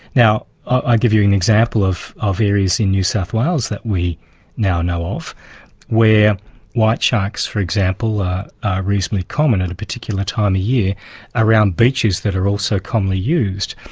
now, i give you an example of of areas in new south wales that we now know of where white sharks, for example, are reasonably common at a particular time of year around beaches that are also commonly used.